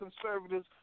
conservatives